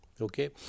okay